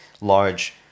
Large